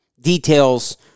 Details